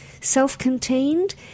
self-contained